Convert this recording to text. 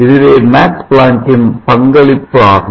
இதுவே மேக்ஸ் பிளாங்கின் பங்களிப்பு ஆகும்